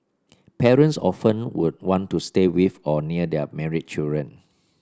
parents often would want to stay with or near their married children